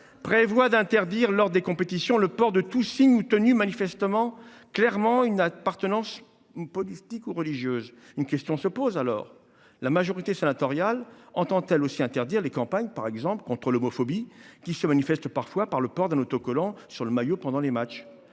de loi interdit, lors des compétitions, « le port de tout signe ou tenue manifestant [clairement] une appartenance politique ou religieuse ». Dès lors, je m’interroge : la majorité sénatoriale entend elle aussi interdire les campagnes contre l’homophobie, qui se manifestent parfois par le port d’un autocollant sur le maillot pendant les matchs ?